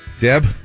Deb